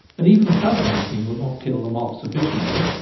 and even cub-hunting will not kill them off sufficiently,